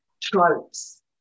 tropes